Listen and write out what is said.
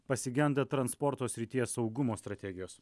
pasigenda transporto srities saugumo strategijos